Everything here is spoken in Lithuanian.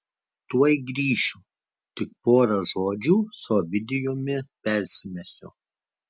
tuoj grįšiu tik pora žodžių su ovidijumi persimesiu